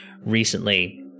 recently